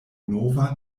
nova